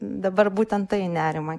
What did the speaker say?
dabar būtent tai nerimą